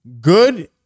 good